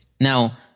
Now